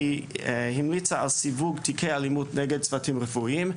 היא המליצה על סיווג תיקי אלימות נגד צוותים רפואיים,